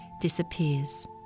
disappears